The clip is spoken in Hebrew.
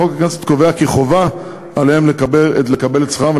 חוק הכנסת קובע כי חובה עליהם לקבל את שכרם,